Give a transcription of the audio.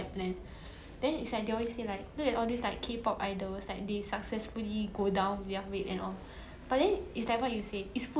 mm